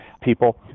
people